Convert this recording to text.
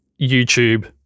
YouTube